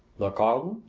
the carlton?